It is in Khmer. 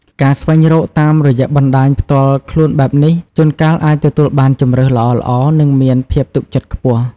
ការស្វែងរកតាមរយៈបណ្ដាញផ្ទាល់ខ្លួនបែបនេះជួនកាលអាចទទួលបានជម្រើសល្អៗ និងមានភាពទុកចិត្តខ្ពស់។